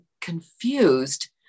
confused